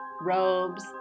robes